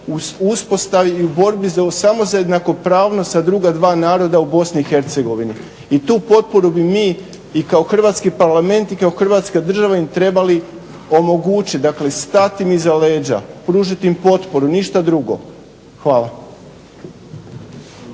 uspostavi i u borbi samo za jednakopravnost sa druga dva naroda u BiH i tu potporu bi mi i kao Hrvatski parlament i kao Hrvatska država im trebali omogućiti, dakle stati im iza leđa, pružiti im potporu i ništa drugo. Hvala.